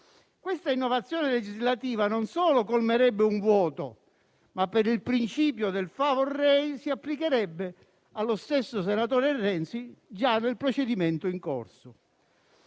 Questa innovazione legislativa non solo colmerebbe un vuoto, ma, per il principio del *favor rei*, si applicherebbe allo stesso senatore Renzi già nel procedimento in corso.